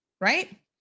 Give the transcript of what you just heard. right